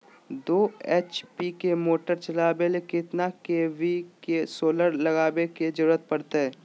दो एच.पी के मोटर चलावे ले कितना के.वी के सोलर लगावे के जरूरत पड़ते?